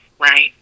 right